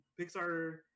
Pixar